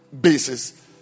basis